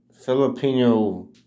Filipino